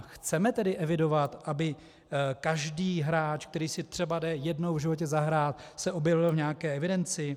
Chceme tedy evidovat, aby každý hráč, který si jde třeba jednou v životě zahrát, se objevil v nějaké evidenci?